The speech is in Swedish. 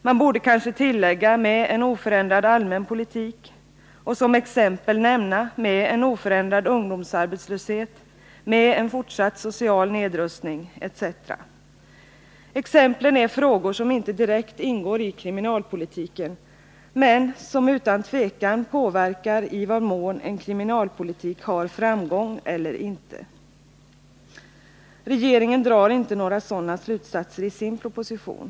Man borde kanske tillägga med en oförändrad allmän politik och som exempel nämna med en oförändrad ungdomsarbetslöshet och med en fortsatt social nedrustning. Exemplen är frågor som inte direkt ingår i kriminalpolitiken, men som utan tvivel påverkar i vad mån en kriminalpolitik har framgång eller inte. Regeringen drar inte några sådana slutsatser i sin proposition.